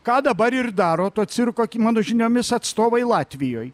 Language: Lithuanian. ką dabar ir daro to cirko mano žiniomis atstovai latvijoj